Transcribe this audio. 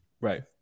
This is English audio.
Right